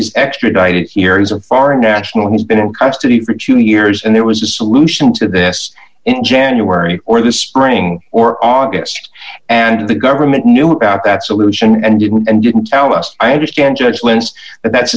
zucker extradited here is a foreign national who has been in custody for two years and there was a solution to this in january or the spring or august and the government knew about that solution and didn't and you can tell us i understand judgments but that's